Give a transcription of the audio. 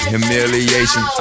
Humiliation